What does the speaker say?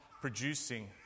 Producing